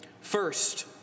First